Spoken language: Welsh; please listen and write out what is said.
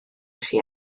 chi